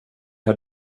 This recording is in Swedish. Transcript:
har